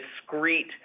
discrete